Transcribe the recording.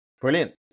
brilliant